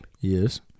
Yes